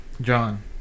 John